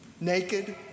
naked